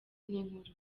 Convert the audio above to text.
inkorora